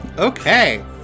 Okay